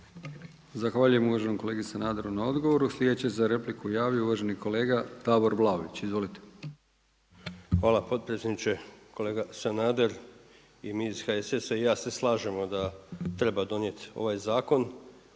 Zahvaljujem uvaženom kolegi Sanaderu na odgovoru. Slijedeći za repliku javio uvaženi kolega Davor Vlaović. Izvolite. **Vlaović, Davor (HSS)** Hvala potpredsjedniče. Kolega Sanader i mi iz HSS-a i ja se slažemo da treba donijeti ovaj zakon